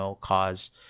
cause